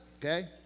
okay